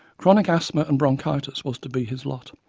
chronic asthma and bronchitis was to be his lot,